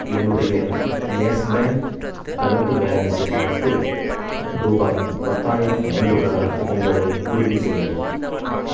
என்னுடைய Yes Bank கணக்கு பேலன்ஸை பார்த்து ரூபாய் பத்தாயிரம் வந்துள்ளதா என்பதை உறுதிசெய்யவும்